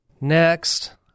next